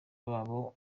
babo